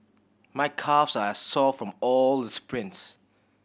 my calves are sore from all the sprints